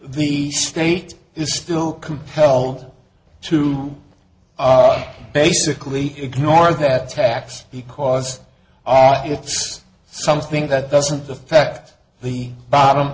the state is still compelled to basically ignore that tax because it's something that doesn't affect the bottom